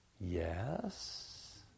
yes